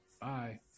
bye